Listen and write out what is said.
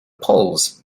poles